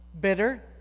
bitter